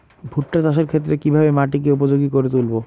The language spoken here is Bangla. ভুট্টা চাষের ক্ষেত্রে কিভাবে মাটিকে উপযোগী করে তুলবো?